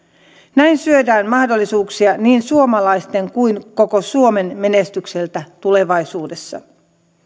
näin syödään mahdollisuuksia niin suomalaisten kuin koko suomen menestykseltä tulevaisuudessa